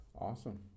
awesome